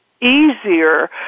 easier